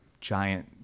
giant